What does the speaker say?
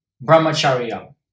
Brahmacharya